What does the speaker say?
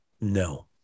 No